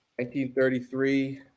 1933